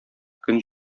көн